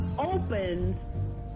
opens